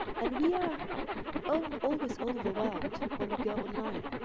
and we are um always overwhelmed when we go online,